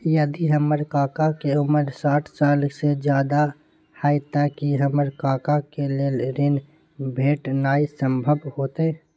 यदि हमर काका के उमर साठ साल से ज्यादा हय त की हमर काका के लेल ऋण भेटनाय संभव होतय?